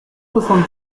soixante